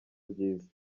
byiza